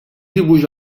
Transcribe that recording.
dibuix